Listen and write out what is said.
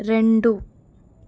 రెండు